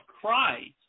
Christ